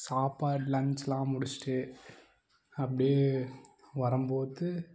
சாப்பாடு லஞ்ச்லாம் முடித்துட்டு அப்படியே வரும்போது